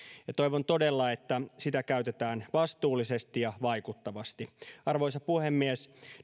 toivon todella että sitä käytetään vastuullisesti ja vaikuttavasti arvoisa puhemies